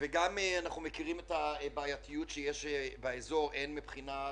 וגם מבחינת הבעייתיות שיש באזור מבחינה ביטחונית,